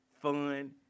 fun